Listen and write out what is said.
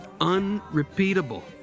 unrepeatable